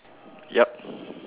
yup